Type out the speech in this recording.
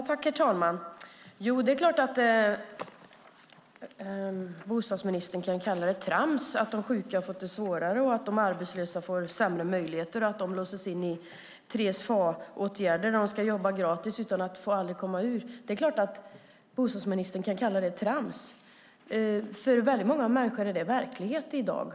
Herr talman! Det är klart att bostadsministern kan kalla det för trams att de sjuka har fått det svårare, att de arbetslösa får sämre möjligheter, att de låses in i fas 3-åtgärder där de måste jobba gratis utan att de kan komma ur situationen. Det är klart att bostadsministern kan kalla det trams. För många människor är det verklighet i dag.